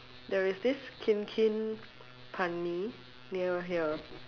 there is this Kin-Kin ban-mee near here